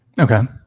Okay